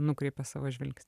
nukreipė savo žvilgsnį